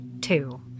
two